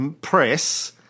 press